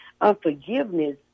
unforgiveness